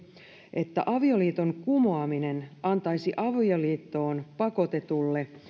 että avioliiton kumoaminen antaisi avioliittoon pakotetulle